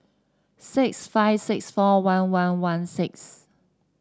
six five six four one one one six